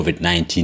COVID-19